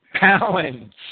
balance